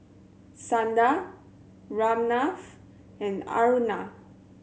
Sundar Ramnath and Aruna